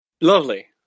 Lovely